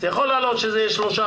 יכול להיות שזה יהיה שלושה,